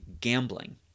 gambling